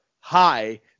high